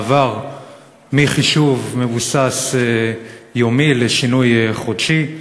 מעבר מחישוב מבוסס יומי לחישוב חודשי.